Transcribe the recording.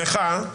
לך.